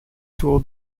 tour